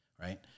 right